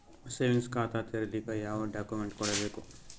Savings ಖಾತಾ ತೇರಿಲಿಕ ಯಾವ ಡಾಕ್ಯುಮೆಂಟ್ ಕೊಡಬೇಕು?